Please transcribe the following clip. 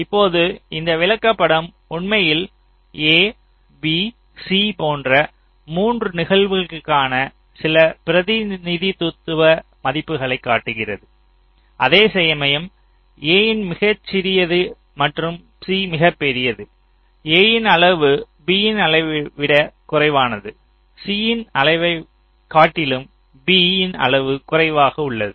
இப்போது இந்த விளக்கப்படம் உண்மையில் A B C போன்ற 3 நிகழ்வுகளுக்கான சில பிரதிநிதித்துவ மதிப்புகளைக் காட்டுகிறது அதேசமயம் A மிகச் சிறியது மற்றும் C மிகப்பெரியது A யின் அளவு B யின் அளவை விடக் குறைவானது C யின் அளவைக் காட்டிலும் B இன் அளவு குறைவாக உள்ளது